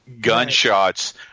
Gunshots